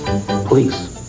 Please